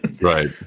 right